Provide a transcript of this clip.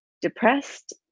depressed